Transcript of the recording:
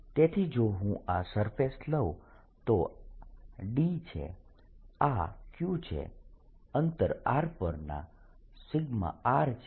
તેથી જો હું આ સરફેસ લઉં તો આ d છે આ q છે અંતર r પર આ r છે